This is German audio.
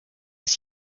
ist